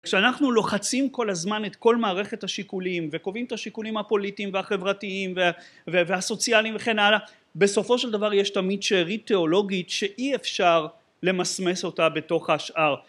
כשאנחנו לוחצים כל הזמן את כל מערכת השיקולים וקובעים את השיקולים הפוליטיים והחברתיים והסוציאליים וכן הלאה בסופו של דבר יש תמיד שארית תיאולוגית שאי אפשר למסמס אותה בתוך השאר